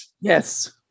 yes